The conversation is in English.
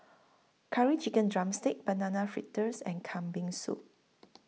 Curry Chicken Drumstick Banana Fritters and Kambing Soup